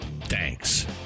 thanks